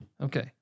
Okay